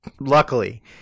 Luckily